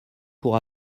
pour